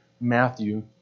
Matthew